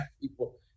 people